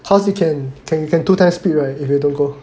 cause you can can you can two time speed right if you don't go